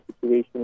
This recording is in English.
situation